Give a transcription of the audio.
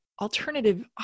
alternative